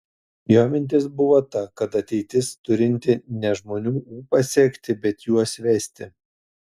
jo mintis buvo ta kad ateitis turinti ne žmonių ūpą sekti bet juos vesti